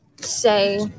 say